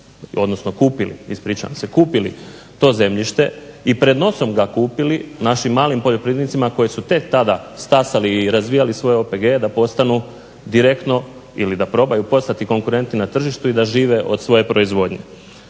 odnosno kupili, ispričavam se kupili to zemljište i pred nosom ga kupili našim malim poljoprivrednicima koji su tek tada stasali i razvijali svoje OPG-e da postanu direktno ili da probaju postati konkurentni na tržištu i da žive od svoje proizvodnje.